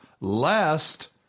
lest